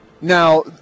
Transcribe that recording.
Now